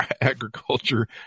agriculture